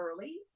early